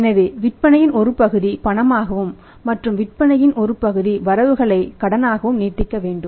எனவே விற்பனையின் ஒரு பகுதி பணமாகவும் மற்றும் விற்பனையின் ஒரு பகுதி வரவுகளை கடனாகவும் நீட்டிக்க வேண்டும்